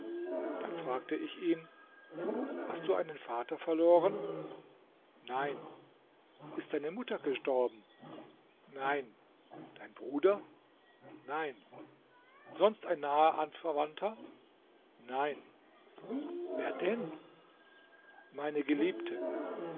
dann fragte ich ihn hast du einen vater verloren nein ist deine mutter gestorben nein dein bruder nein sonst ein naher anverwandter nein wer denn meine geliebte